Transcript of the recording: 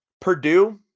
Purdue